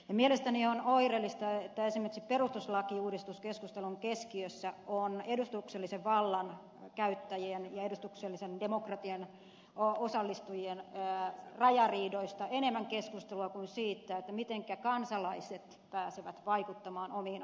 mielestäni on oireellista että esimerkiksi perustuslakiuudistuskeskustelun keskiössä on edustuksellisen vallan käyttäjien ja edustuksellisen demokratian osallistujien rajariidoista enemmän keskustelua kuin siitä miten kansalaiset pääsevät vaikuttamaan omiin asioihinsa